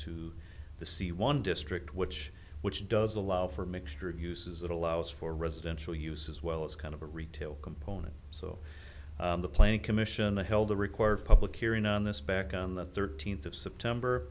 to the sea one district which which does allow for a mixture of uses that allows for residential use as well as kind of a retail component so the planning commission held a required public hearing on this back on the thirteenth of september